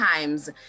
times